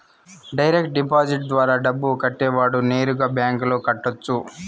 direct deposit ద్వారా డబ్బు కట్టేవాడు నేరుగా బ్యాంకులో కట్టొచ్చు